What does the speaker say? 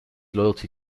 loyalty